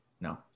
No